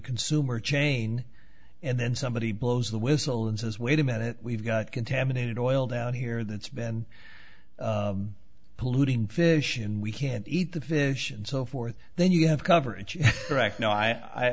consumer chain and then somebody blows the whistle and says wait a minute we've got contaminated oil down here that's been polluting fish and we can't eat the fish and so forth then you have coverage wreck no i